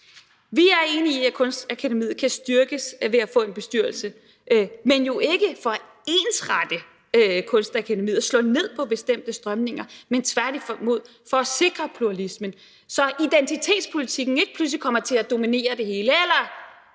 Vi er enige i, at Kunstakademiet kan styrkes ved at få en bestyrelse, men jo ikke for at ensrette Kunstakademiet og slå ned på bestemte strømninger, men tværtimod for at sikre pluralismen, så identitetspolitikken – ja, eller neoliberalismen eller